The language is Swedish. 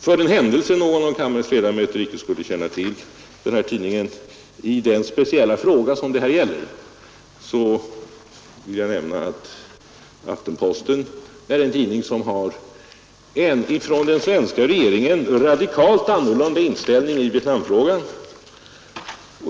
För den händelse någon av kammarens ledamöter icke skulle känna till denna tidnings inställning i den speciella fråga som det här gäller vill jag nämna att Aftenposten är en tidning som har en radikalt annorlunda inställning än den svenska regeringen i Vietnamfrågan.